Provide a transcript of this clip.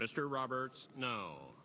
mr roberts no